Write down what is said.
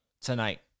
tonight